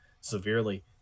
severely